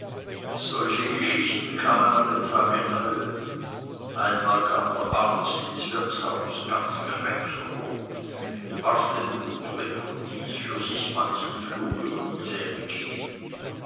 solche geschichten kamen alle tage neue einmal kam der arzt ins wirtshaus ganz krebsrot warf den hut weg und ließ für sich manchen fluch über die zähne gehen